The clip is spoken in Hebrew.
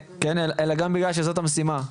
אלא גם בגלל שזאת המשימה,